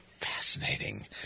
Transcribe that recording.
Fascinating